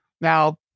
Now